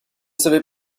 savais